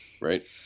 Right